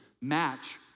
match